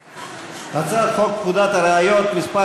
הצעת חוק לתיקון פקודת הראיות (מס'